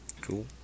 Cool